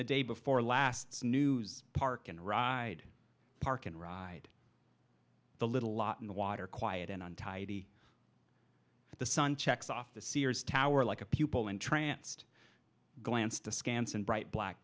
the day before last snooze park and ride park and ride the little lot in the water quiet and untidy the sun checks off the sears tower like a pupil entranced glanced askance and bright black